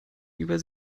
über